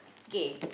kay